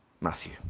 Matthew